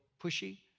pushy